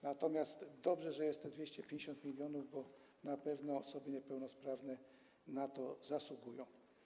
Natomiast dobrze, że jest te 250 mln, bo na pewno osoby niepełnosprawne na to zasługują.